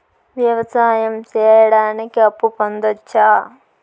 వ్యవసాయం సేయడానికి అప్పు పొందొచ్చా?